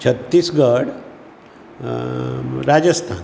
Chhattisgarh Rajasthan